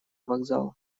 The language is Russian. вокзал